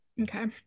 okay